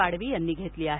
पाडवी यांनी घेतली आहे